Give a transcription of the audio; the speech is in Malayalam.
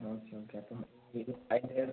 ഓക്കെ ഓക്കെ അപ്പം ഇത്